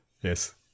Yes